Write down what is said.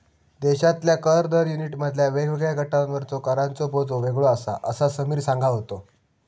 देशातल्या कर दर युनिटमधल्या वेगवेगळ्या गटांवरचो कराचो बोजो वेगळो आसा, असा समीर सांगा होतो